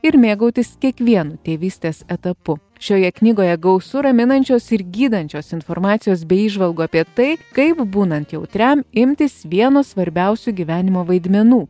ir mėgautis kiekvienu tėvystės etapu šioje knygoje gausu raminančios ir gydančios informacijos bei įžvalgų apie tai kaip būnant jautriam imtis vieno svarbiausių gyvenimo vaidmenų